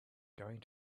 going